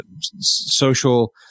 social